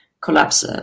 collapse